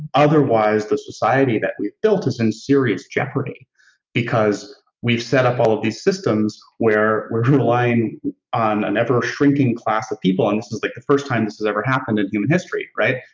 otherwise the society that we've built is in serious jeopardy because we've set up all of these systems where we're relying on an ever shrinking class of people and is like the first time this has ever happened in human history, right?